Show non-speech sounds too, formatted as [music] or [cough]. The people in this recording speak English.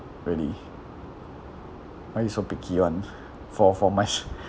really why you so picky [one] [noise] for for my